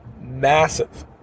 massive